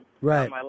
Right